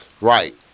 Right